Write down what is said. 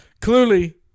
Clearly